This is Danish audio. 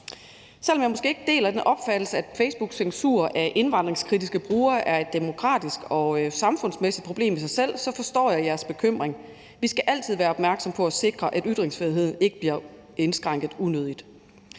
Selv om jeg måske ikke deler den opfattelse, at Facebooks censur af indvandringskritiske brugere er et demokratisk og samfundsmæssigt problem i sig selv, forstår jeg jeres bekymring. Vi skal altid være opmærksom på at sikre, at ytringsfriheden ikke bliver indskrænket unødigt.